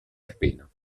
appena